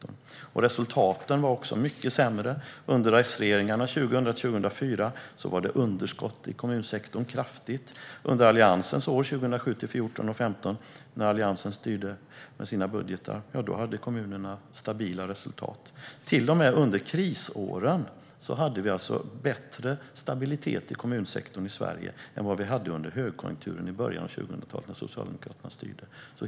Resultaten var också mycket sämre. Under S-regeringen 2000-2004 var det ett kraftigt underskott i kommunsektorn. Under 2007-2015, då Alliansen styrde med sina budgetar, hade kommunerna stabila resultat. Till och med under krisåren hade vi bättre stabilitet i kommunsektorn i Sverige än vad vi hade under högkonjunkturen i början av 2000-talet när Socialdemokraterna styrde.